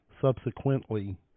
Subsequently